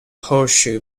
horseshoe